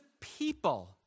people